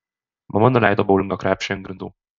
mama nuleido boulingo krepšį ant grindų